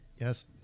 Yes